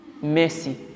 Mercy